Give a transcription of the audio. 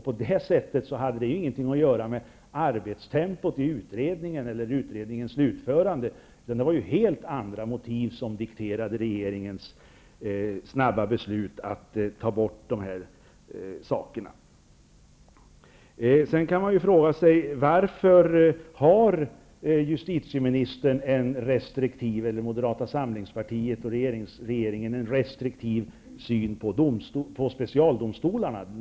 Således handlade det inte om arbetstempot i utredningen eller om utredningens utförande, utan det var helt andra motiv som dikterade regeringens snabba beslut om vad som skulle tas bort. Sedan kan man fråga sig: Varför har justitieministern, eller Moderata samlingspartiet och övriga i regeringen, en så restriktiv syn på specialdomstolarna?